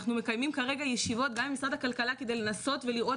אנחנו מקיימים כרגע ישיבות גם עם משרד הכלכלה כדי לנסות לראות